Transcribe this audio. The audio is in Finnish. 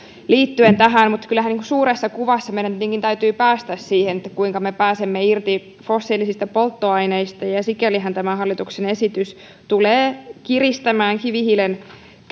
liittyen mutta kyllähän suuressa kuvassa meidän tietenkin täytyy päästä siihen kuinka me pääsemme irti fossiilisista polttoaineista ja ja sikälihän tämä hallituksen esitys tulee kiristämään kivihiilen käytön